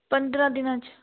ਪੰਦਰਾਂ ਦਿਨਾਂ 'ਚ